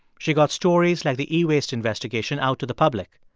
she got stories like the e-waste investigation out to the public.